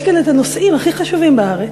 יש כאן הנושאים הכי חשובים בארץ,